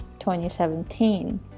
2017